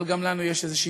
אבל גם לנו יש איזושהי,